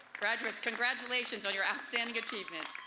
graduates, congratulations on your outstanding achievement!